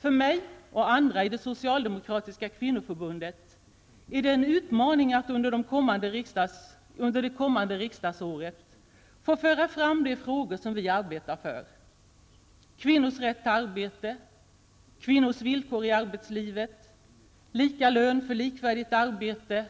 För mig och andra i det socialdemokratiska kvinnoförbundet är det en utmaning att under det kommande riskdagsåret få föra fram de frågor som vi arbetat för -- kvinnors rätt till arbete, kvinnors villkor i arbetslivet, lika lön för likvärdigt arbete,